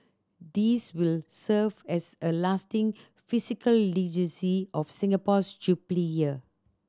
these will serve as a lasting physical of Singapore's Jubilee Year